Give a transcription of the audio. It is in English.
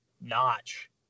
notch